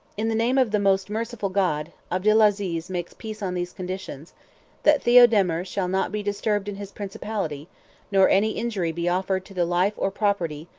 in the name of the most merciful god, abdelaziz makes peace on these conditions that theodemir shall not be disturbed in his principality nor any injury be offered to the life or property,